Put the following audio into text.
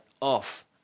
off